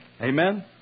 Amen